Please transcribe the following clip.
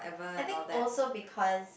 I think also because